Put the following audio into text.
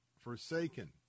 forsaken